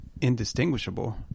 indistinguishable